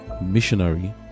Missionary